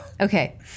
Okay